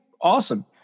awesome